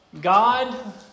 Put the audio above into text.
God